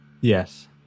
Yes